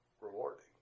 rewarding